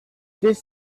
this